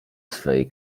swej